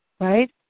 right